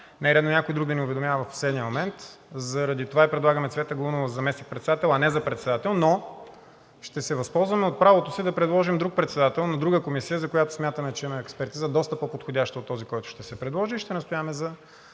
е редно някой друг да ни уведомява в последния момент. Заради това предлагаме Цвета Галунова за заместник-председател, а не за председател, но ще се възползваме от правото си да предложим друг председател на друга комисия, за която смятаме, че имаме експерт, доста по-подходящ от този, който ще се предложи, и ще настояваме за